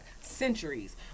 centuries